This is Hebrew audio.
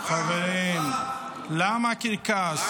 --- חברים, למה הקרקס?